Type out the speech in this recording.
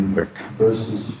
Verses